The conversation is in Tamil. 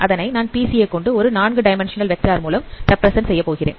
அதை நான் பிசிஏ கொண்டு ஒரு 4 டைமண்ட்சனல் வெக்டார் மூலம் ரெப்பிரசன்ட் செய்யலாம்